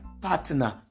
partner